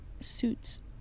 suits